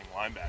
linebacker